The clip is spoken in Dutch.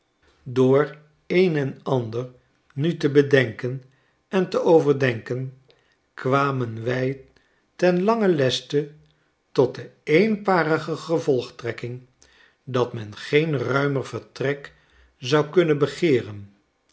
door een en ander nu te bedenken en te overdenken kwamen wij ten langen leste tot de eenparige gevolgtrekking dat men geen ruimer vertrek zou kunnen begeeren